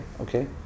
okay